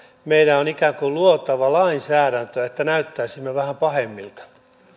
meidän on ikään kuin luotava lainsäädäntöä että näyttäisimme vähän pahemmilta